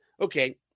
okay